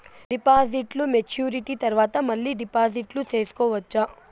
డిపాజిట్లు మెచ్యూరిటీ తర్వాత మళ్ళీ డిపాజిట్లు సేసుకోవచ్చా?